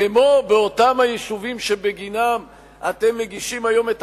כמו באותם היישובים שבגינם אתם מגישים היום את